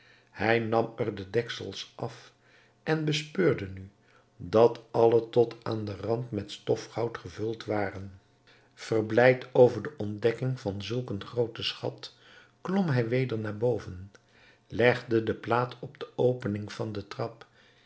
hij nam er de deksels af en bespeurde nu dat allen tot aan den rand met stofgoud gevuld waren verblijd over de ontdekking van zulk een grooten schat klom hij weder naar boven legde de plaat op de opening van den trap